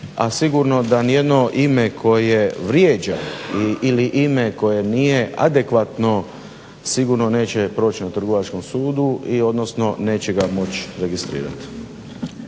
a sigurno da niti jedno ime koje vrijeđa, ili ime koje nije adekvatno sigurno neće proći na Trgovačkom sudu i odnosno neće ga moći registrirati.